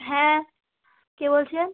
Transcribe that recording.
হ্যাঁ কে বলছেন